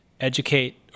educate